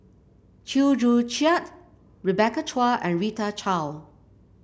Chew Joo Chiat Rebecca Chua and Rita Chao